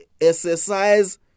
exercise